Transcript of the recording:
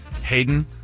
Hayden